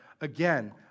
Again